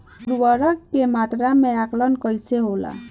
उर्वरक के मात्रा में आकलन कईसे होला?